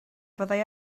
fyddai